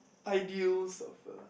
ideals of uh